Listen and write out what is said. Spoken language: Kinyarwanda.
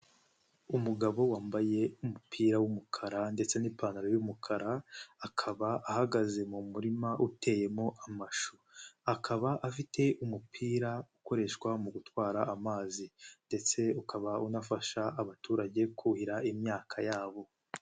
Umugabo wambaye umupira w'umukara ndetse n'ipantaro y'umukara, akaba ahagaze mu murima uteyemo amashu, akaba afite umupira ukoreshwa mu gutwara amazi, ndetse ukaba unafasha abaturage kuhira imyaka yabo.